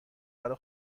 برا